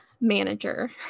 manager